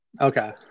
Okay